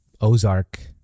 Ozark